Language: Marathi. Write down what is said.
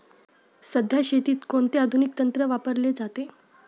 सध्या शेतीत कोणते आधुनिक तंत्र वापरले जाते?